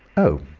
oh!